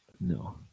No